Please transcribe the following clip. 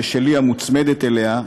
ושלי, המוצמדת עליה,